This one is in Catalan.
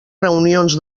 reunions